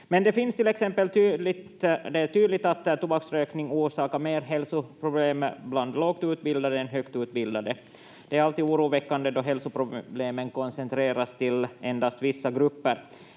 men det är till exempel tydligt att tobaksrökning orsakar mer hälsoproblem bland lågt utbildade än högt utbildade. Det är alltid oroväckande då hälsoproblemen koncentreras till endast vissa grupper.